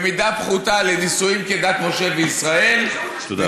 במידה פחותה, לנישואים כדת משה וישראל, תודה רבה.